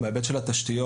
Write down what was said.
בהיבט של התשתיות,